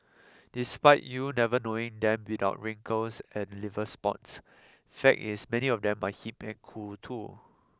despite you never knowing them without wrinkles and liver spots fact is many of them are hip and cool too